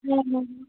হ্যাঁ হুম হুম